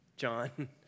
John